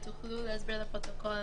תוכלו להסביר לפרוטוקול